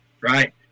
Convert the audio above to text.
right